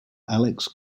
alex